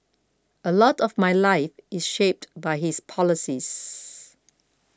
a lot of my life is shaped by his policies